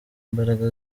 imbaraga